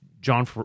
John